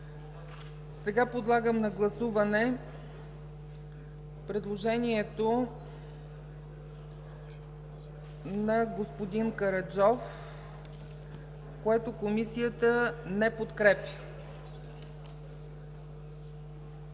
Подлагам на гласуване предложението на господин Караджов, което Комисията не подкрепя.